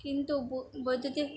কিন্তু বৈদ্যুতিক